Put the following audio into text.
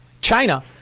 China